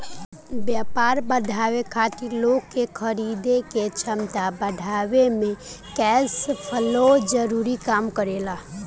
व्यापार बढ़ावे खातिर लोग के खरीदे के क्षमता बढ़ावे में कैश फ्लो जरूरी काम करेला